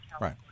Right